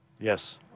Yes